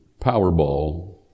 Powerball